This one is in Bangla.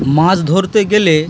মাছ ধরতে গেলে